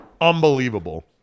Unbelievable